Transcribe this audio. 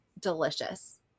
delicious